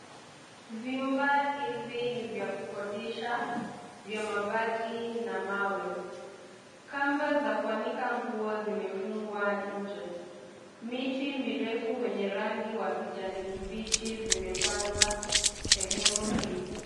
Vyumba hivi ni vya kukodisha vya mabati na mawe. Kamba za kuanika nguo zimefungwa nje, miti mirefu yenye rangi ya kijani kibichi zimepandwa kwenye sehemu hii.